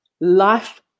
life